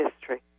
history